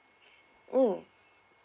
mm